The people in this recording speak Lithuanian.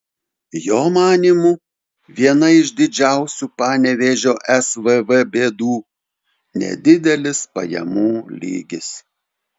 jo manymu viena iš didžiausių panevėžio svv bėdų nedidelis pajamų lygis